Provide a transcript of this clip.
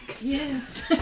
Yes